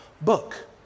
book